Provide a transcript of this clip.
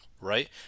right